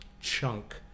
chunk